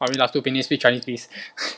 only last two minutes speak chinese please